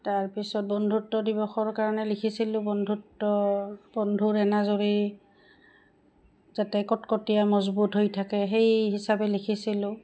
তাৰপিছত বন্ধুত্ব দিৱসৰ কাৰণে লিখিছিলোঁ বন্ধুত্ব বন্ধুৰ এনাজৰী যাতে কটকটীয়া মজবুত হৈ থাকে সেই হিচাপে লিখিছিলোঁ